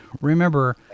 Remember